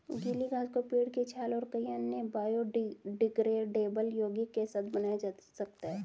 गीली घास को पेड़ की छाल और कई अन्य बायोडिग्रेडेबल यौगिक के साथ बनाया जा सकता है